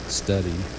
study